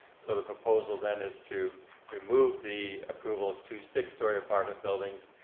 so the proposal then is to remove the approval of two six-story apartment buildings,